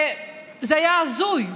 זה היה הזוי,